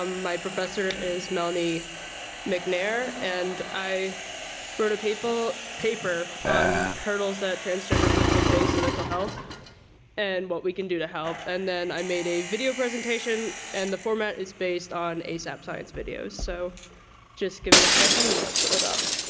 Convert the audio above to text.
um my professor is melanie mcnair and i wrote a paper on hurtles that transgender people face in mental health and what we can do to help and then i made a video presentation and the format is based on asapscience videos. so just give me a second and i'll pull it up.